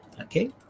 Okay